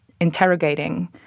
interrogating